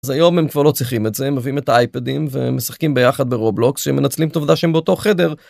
זה יום הם כבר לא צריכים את זה הם מביאים את האייפדים ומשחקים ביחד ברובלוקס שמנצלים את העובדה שהם באותו חדר.